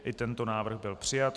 I tento návrh byl přijat.